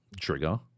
trigger